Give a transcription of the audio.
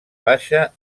baixa